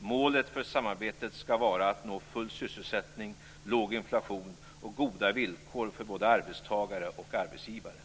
Målet för samarbetet skall vara att nå full sysselsättning, låg inflation och goda villkor för både arbetstagare och arbetsgivare.